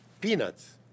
peanuts